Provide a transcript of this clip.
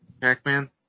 Pac-Man